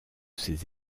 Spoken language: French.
ses